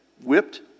whipped